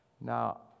Now